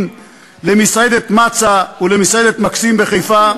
למסעדת "מצה" ולמסעדת "מקסים" בחיפה,